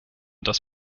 dass